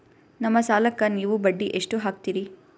ನಮ್ಮ ಸಾಲಕ್ಕ ನೀವು ಬಡ್ಡಿ ಎಷ್ಟು ಹಾಕ್ತಿರಿ?